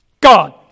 God